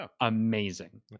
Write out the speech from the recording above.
amazing